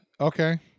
Okay